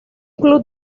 club